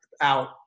out